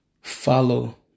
follow